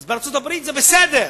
אז בארצות-הברית זה בסדר,